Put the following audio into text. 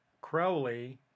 Crowley